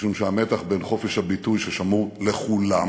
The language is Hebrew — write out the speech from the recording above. משום שהמתח בין חופש הביטוי ששמור לכולם